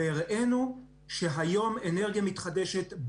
והראינו שהיום אנרגיה מתחדשת,